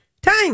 time